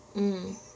mm